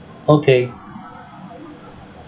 okay